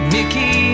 Mickey